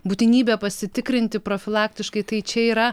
būtinybę pasitikrinti profilaktiškai tai čia yra